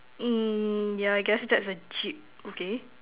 mm ya I guess that's a Jeep okay